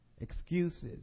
excuses